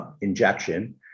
injection